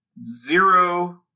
zero